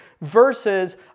versus